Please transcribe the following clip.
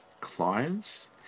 clients